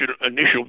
initial